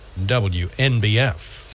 WNBF